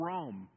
Rome